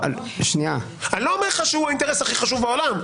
אני לא אומר לך שהוא האינטרס הכי חשוב בעולם.